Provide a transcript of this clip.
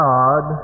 God